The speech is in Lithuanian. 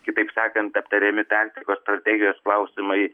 kitaip sakant aptariami tam tikros strategijos klausimai